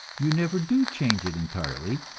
you never do change it entirely,